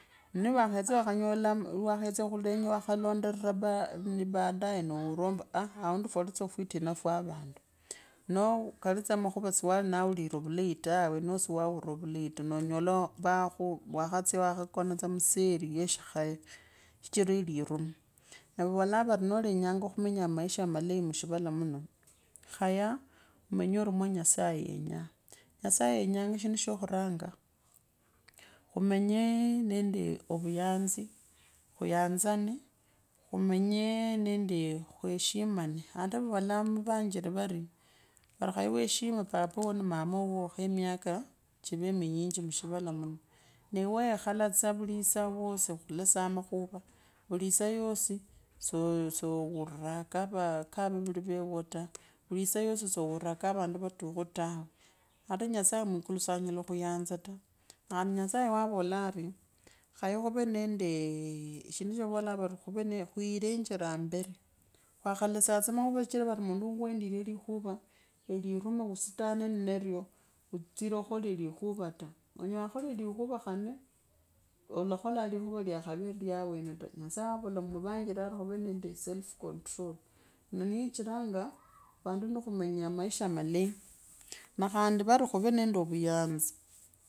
Niwakhetsa wakhanyota wekhetsi wakhalandeleva ni baadaye no uulira omba aah aundi fwali tsa afwitina vandu noo khali tsa makhuva siyuli vulaitawe noo siwaaukira vulej ta nonyola wakhu. wakhatsya wakhakona tsa museli yeshikhaye. sichira eliruma nee vavoolaavari noolenya maisha malei mushivala muno, khaya g omanye jmwanyasaye yenyaa, nyasaye yenyaa shindu shakhuranga khumenye neende ovuyanzi khuyanzane khumanyee nende kweshimanee ata vavolaa muvanjari va khaye weshime papaowauwo ni mama wuuwo khemiaka chive minyinji mushivalo muno nee wayekhala tsa vuli saa yosi khulesa amakhuve vuli isaa yosi, soo. sowuura kaa kavevuli vavo taa, vuli saa yosi sowuura kavandu vatukhu tawe. Ata nyasaye mwikulu saa nyala khuyanza ta, khandi nyasaye wavola are, khaye khuve nendee. shindu sha vavolaa vari kwilenjere ambere kawalesaa tsa makhuva khumenya shichira vari nmundu ukwendike likhuva. eliruumavuusitane nnano uusie khukold kuud uutsire khukhola likhuua ta, unyela wakhola likhuva khane olakholea likhuva likhali lyawene ta, nyasaye gavola muvanjeri ari khuve nende self conrol. naniyii chiranga vandu ni khamenya maisha malei nee khandi khuve nende vuyanzi.